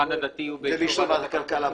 והפולחן הדתי הן באישור ועדת הכלכלה.